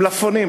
מלפפונים,